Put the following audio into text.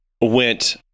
went